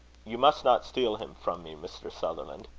you must not steal him from me, mr. sutherland.